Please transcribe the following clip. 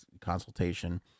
consultation